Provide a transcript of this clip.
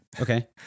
Okay